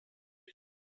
mit